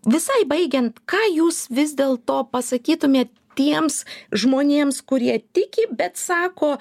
visai baigiant ką jūs vis dėl to pasakytumėt tiems žmonėms kurie tiki bet sako